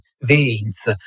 veins